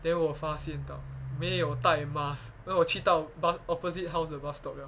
then 我发现到没有戴 mask then 我去到 bus opposite house the bus stop liao